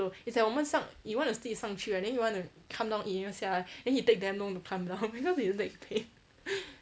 it's like 我们上 he want to sleep 上去 right then he want to come down eat he want to 下来 then he take damn long to climb down because he leg pain